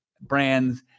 Brands